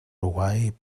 uruguai